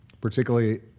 particularly